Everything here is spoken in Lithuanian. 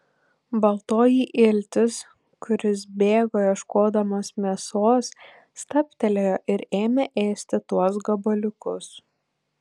baltoji iltis kuris bėgo ieškodamas mėsos stabtelėjo ir ėmė ėsti tuos gabaliukus